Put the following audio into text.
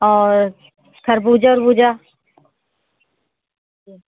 और खरबूजा उरबूजा